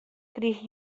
krige